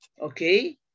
okay